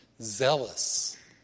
zealous